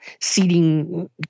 seating